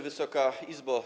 Wysoka Izbo!